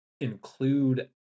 include